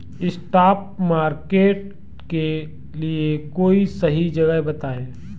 spot market के लिए कोई सही जगह बताएं